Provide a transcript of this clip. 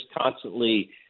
constantly